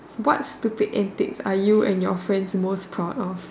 what stupid antics are you and your friends most proud of